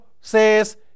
says